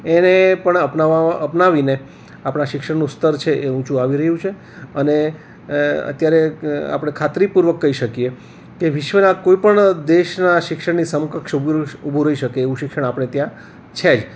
એને પણ અપનાવીને આપણાં શિક્ષણનું સ્તર છે એ ઊંચું આવી રહ્યું છે અને અત્યારે આપણે ખાત્રીપૂર્વક કહી શકીએ કે વિશ્વનાં કોઈ પણ દેશના શિક્ષણની સમકક્ષ ઊભું રહી શકે એવું શિક્ષણ આપણે ત્યાં છે જ